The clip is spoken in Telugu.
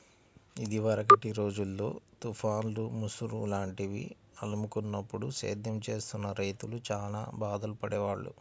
ఇదివరకటి రోజుల్లో తుఫాన్లు, ముసురు లాంటివి అలుముకున్నప్పుడు సేద్యం చేస్తున్న రైతులు చానా బాధలు పడేవాళ్ళు